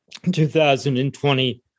2020